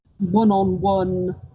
one-on-one